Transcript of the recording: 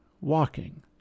walking